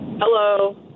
Hello